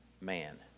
man